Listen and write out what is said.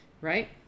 right